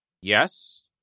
Yes